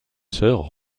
sœur